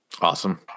Awesome